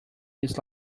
his